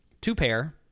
two-pair